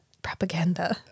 Propaganda